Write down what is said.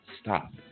stop